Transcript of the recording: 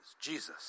jesus